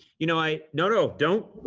you know, i. no, no. don't,